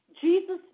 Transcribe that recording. Jesus